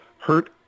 Hurt